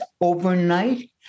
overnight